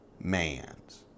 man's